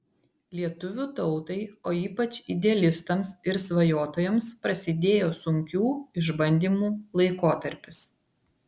lietuvių tautai o ypač idealistams ir svajotojams prasidėjo sunkių išbandymų laikotarpis